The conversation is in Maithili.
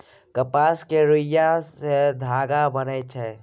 कपास केर रूइया सँ धागा बनइ छै